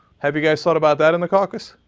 have you guys thought about that in the caucus?